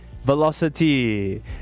Velocity